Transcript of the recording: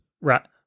Right